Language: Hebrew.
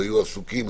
היו עסוקים,